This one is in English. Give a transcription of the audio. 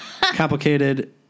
Complicated